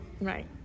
Right